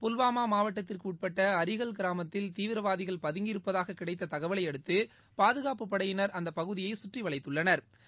புல்வாமா மாவட்டத்திற்கு உட்பட்ட அரிகல் கிராமத்தில் தீவிரவாதிகள் பதங்கியிருப்பதாக கிடைத்த தகவலையடுத்து பாதுகாப்பு படையினா் அந்த பகுதியை சுற்றி வளைத்துள்ளனா்